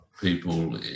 people